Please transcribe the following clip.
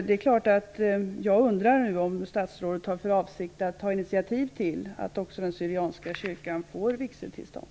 Det är klart att jag undrar om statsrådet har för avsikt att ta initiativ till att också den syrianska kyrkan får vigseltillstånd.